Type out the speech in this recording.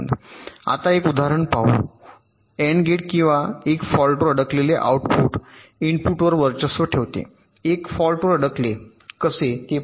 आता एक उदाहरण घेऊ एन्ड गेट 1 फॉल्टवर अडकलेले आउटपुट इनपुटवर वर्चस्व ठेवते 1 फॉल्टवर अडकले कसे ते पाहू